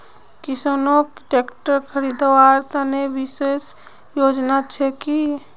किसानोक ट्रेक्टर खरीदवार तने विशेष योजना छे कि?